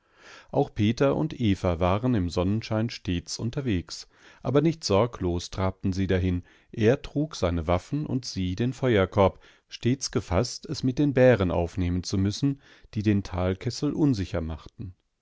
auch peter und eva waren im sonnenschein stets unterwegs aber nicht sorglos trabten sie dahin er trug seine waffen und sie den feuerkorb stets gefaßt es mit den bären aufnehmen zu müssen die den talkessel unsicher machten